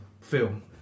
film